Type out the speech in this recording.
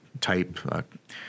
type